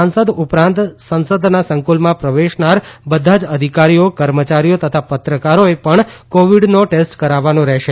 સાંસદ ઉપરાંત સંસદના સંકલમાં પ્રવેશનાર બધા જ અધિકારીઓ કર્મચારીઓ તથા પત્રકારોએ પણ કોવીડનો ટેસ્ટ કરાવવાનો રહેશે